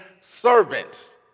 servants